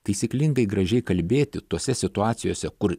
taisyklingai gražiai kalbėti tose situacijose kur